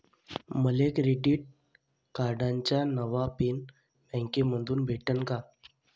मले क्रेडिट कार्डाचा नवा पिन बँकेमंधून भेटन का?